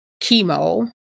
chemo